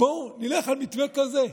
בואו נלך על מתווה כזה.